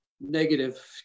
negative